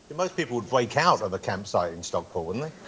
most people would break out of a campsite in stockport, wouldn't they?